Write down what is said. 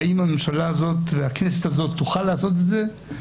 האם הממשלה הזאת והכנסת הזאת יוכלו לעשות את זה?